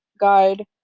Guide